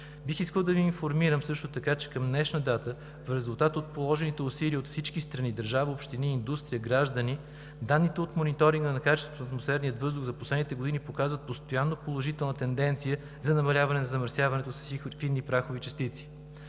Бих искал да Ви информирам също така, че към днешна дата резултатът от положените усилия от всички страни – държава, общини, индустрия, граждани, данните от мониторинга на качеството на атмосферния въздух за последните години показват постоянна положителна тенденция на намаляване замърсяването с фини прахови частици.